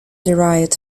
derived